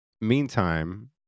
Meantime